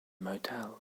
motel